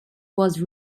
was